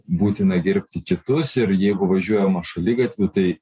būtina gerbti kitus ir jeigu važiuojama šaligatviu tai